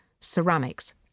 ceramics